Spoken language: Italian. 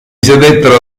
sedettero